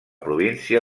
província